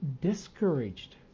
discouraged